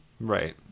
Right